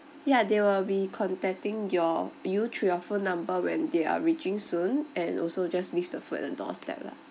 ya they will be contacting your you through your phone number when they're reaching soon and also just leave the food at the doorstep lah